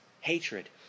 hatred